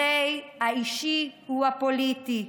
הרי האישי הוא הפוליטי,